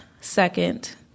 second